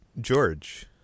George